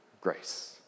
grace